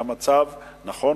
נכון,